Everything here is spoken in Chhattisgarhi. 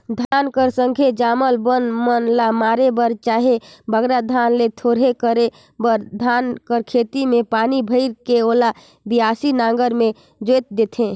धान कर संघे जामल बन मन ल मारे बर चहे बगरा धान ल थोरहे करे बर धान कर खेत मे पानी भइर के ओला बियासी नांगर मे जोएत देथे